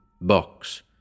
box